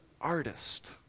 artist